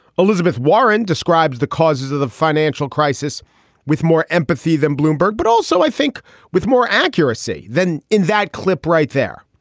elizabeth warren describes the causes of the financial crisis with more empathy than bloomberg. but also, i think with more accuracy than in that clip right there.